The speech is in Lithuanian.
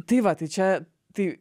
tai va tai čia tai